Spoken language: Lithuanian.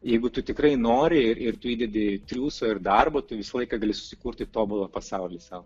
jeigu tu tikrai nori ir tu įdedi triūso ir darbo tu visą laiką gali susikurti tobulą pasaulį sau